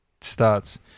starts